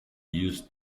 use